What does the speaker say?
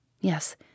Yes